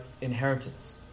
inheritance